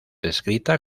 descrita